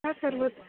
न सर्वत्